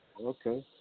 Okay